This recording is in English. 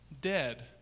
dead